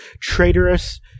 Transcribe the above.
traitorous